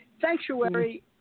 Sanctuary